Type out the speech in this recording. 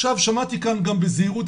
עכשיו שמעתי כאן גם בזהירות,